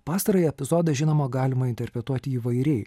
pastarąjį epizodą žinoma galima interpretuoti įvairiai